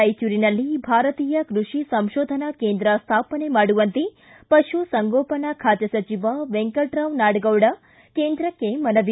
ರಾಯಚೂರಿನಲ್ಲಿ ಭಾರತೀಯ ಕೃಷಿ ಸಂಶೋಧನಾ ಕೇಂದ್ರ ಸ್ವಾಪನೆ ಮಾಡುವಂತೆ ಪಶುಸಂಗೋಪನಾ ಖಾತೆ ಸಚಿವ ವೆಂಕಟರಾವ್ ನಾಡಗೌಡ ಕೇಂದ್ರಕ್ಕೆ ಮನವಿ